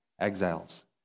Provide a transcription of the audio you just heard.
exiles